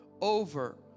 over